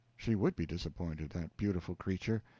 she would be disappointed that beautiful creature!